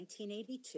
1982